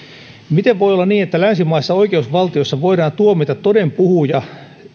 miten voi olla niin että länsimaisessa oikeusvaltiossa voidaan tuomita toden puhuja